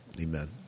Amen